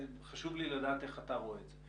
וחשוב לי לדעת איך אתה רואה את זה.